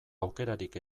aukerarik